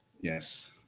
Yes